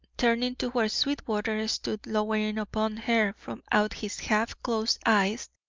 turning to where sweetwater stood lowering upon her from out his half-closed eyes,